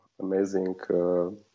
amazing